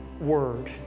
word